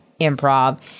improv